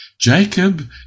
Jacob